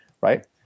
Right